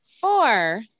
four